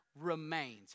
remains